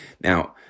Now